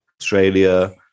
Australia